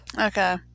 Okay